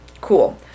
Cool